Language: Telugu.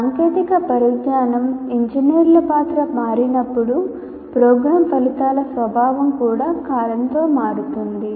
సాంకేతిక పరిజ్ఞానం ఇంజనీర్ల పాత్ర మారినప్పుడు ప్రోగ్రామ్ ఫలితాల స్వభావం కూడా కాలంతో మారుతుంది